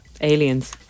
aliens